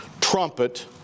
trumpet